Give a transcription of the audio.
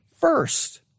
first